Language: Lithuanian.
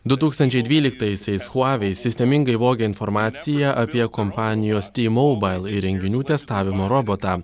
du tūkstančiai dvyliktaisiais huavei sistemingai vogė informaciją apie kompanijos t mobail įrenginių testavimo robotą